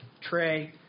Trey